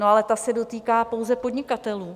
Ale ta se dotýká pouze podnikatelů.